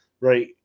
right